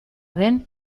den